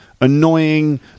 annoying